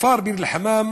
הכפר ביר-אל-חמאם